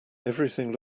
everything